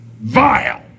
vile